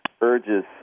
urges